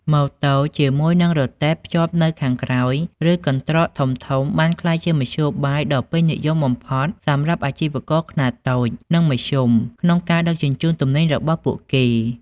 ម៉ូតូជាមួយនឹងរទេះភ្ជាប់នៅខាងក្រោយ ឬកន្ត្រកធំៗបានក្លាយជាមធ្យោបាយដ៏ពេញនិយមបំផុតសម្រាប់អាជីវករខ្នាតតូចនិងមធ្យមក្នុងការដឹកជញ្ជូនទំនិញរបស់ពួកគេ។